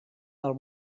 del